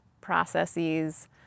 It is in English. processes